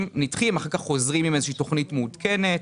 ואחר כך חוזרים עם איזו שהיא תכנית מעודכנת.